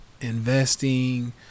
investing